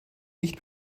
nicht